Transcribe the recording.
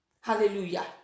Hallelujah